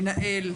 מנהל,